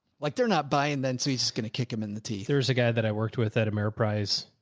like they're not buying then. so he's going to kick them in the teeth. there's a guy that i worked with at ameriprise,